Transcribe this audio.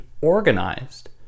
organized